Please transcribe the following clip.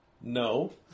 No